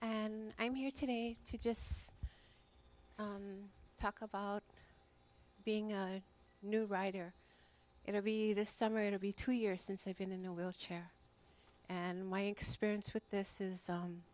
and i'm here today to just talk about being a new rider in or be this summer to be two years since i've been in a wheel chair and my experience with this is